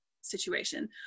situation